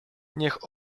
niech